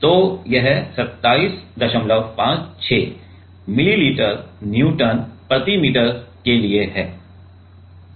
तो यह 2756 milli newton प्रति मीटर के लिए है